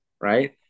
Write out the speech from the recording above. right